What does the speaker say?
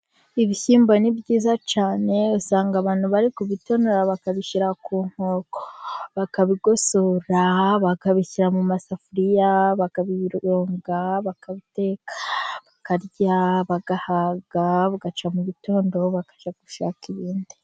ibishyimbo ni byiza cyane, usanga abantu bari ku bitonora bakabishyira ku nkoko, bakabigosora bakabishyira mu masafuriya, bakabironga, bakabiteka bakarya bagahaga, bugacya mu bitondo bakajya gushaka ibindi.